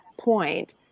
point